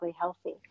healthy